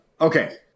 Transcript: Okay